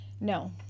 No